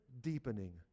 deepening